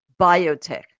biotech